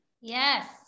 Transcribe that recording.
yes